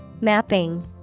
Mapping